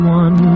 one